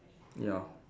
ya